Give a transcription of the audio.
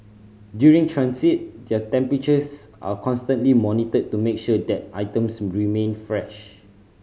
during transit their temperatures are constantly monitored to make sure that items remain fresh